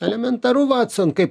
elementaru vatson kaip